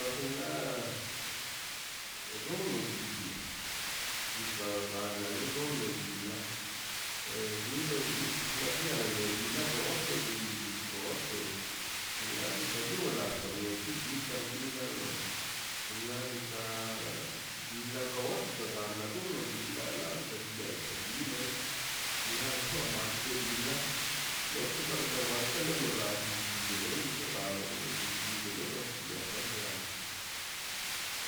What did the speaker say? Xin ḻa runno dillꞌ diikaꞌ gonalə ronno dii ḻa e rilo xnaꞌ bia ano dii ḻa roode dii roto xin ḻa dekaꞌ rio las kaminəts llid kan xixs llano xin ḻa diikaa dii ḻa rootikaꞌ garna ruuno dii ḻa ḻa kan llia parrile xnaꞌ choamatu dila loteka rula walte ḻa no rrasillilli ḻe diikaꞌ ganna wasillilli ḻe baxtia ballia.